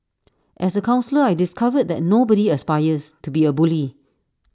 as A counsellor I discovered that nobody aspires to be A bully